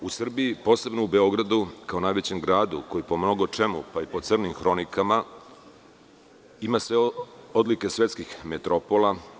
U Srbiji, posebno u Beogradu, kao najvećem gradu koji po mnogo čemu, pa i po crnim hronikama ima sve odlike svetskih metropola.